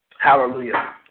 Hallelujah